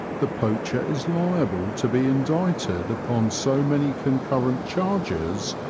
the poacher is liable to be indicted upon so many concurrent charges,